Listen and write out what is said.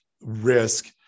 risk